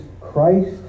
Christ